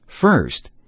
first